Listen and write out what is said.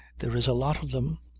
there is a lot of them.